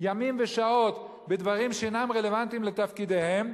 ימים ושעות בדברים שאינם רלוונטיים לתפקידיהם.